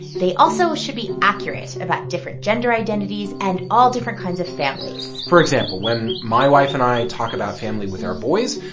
they also should be accurate about different gender identities and all different kinds of families for example, when my wife and i talk about family with our boys,